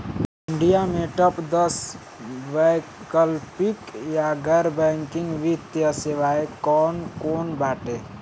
India में top दस वैकल्पिक या गैर बैंकिंग वित्तीय सेवाएं कौन कोन बाटे?